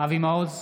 אבי מעוז,